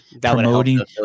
Promoting